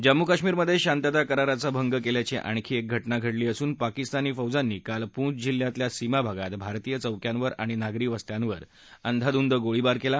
जम्मू काश्मिरमध्येशांतता कराराचा भंग केल्याची आणखी एक घटना घडली असून पाकिस्तानी फौजांनी काल पुंछजिल्ह्यातल्या सीमाभागात भारतीय चौक्यांवर आणि नागरी वस्त्यांवर अंदाधूंद गोळीबारकेला